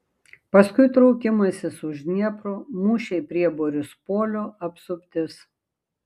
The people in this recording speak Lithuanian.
paskui traukimasis už dniepro mūšiai prie borispolio apsuptis